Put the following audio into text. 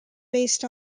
based